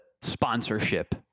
sponsorship